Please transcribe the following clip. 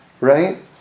Right